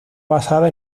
basada